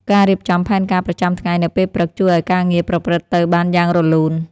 ការរៀបចំផែនការប្រចាំថ្ងៃនៅពេលព្រឹក ជួយឱ្យការងារប្រព្រឹត្តទៅបានយ៉ាងរលូន។